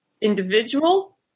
individual